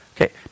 Okay